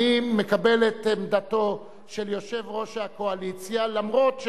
אני מחדש את הדיון במליאת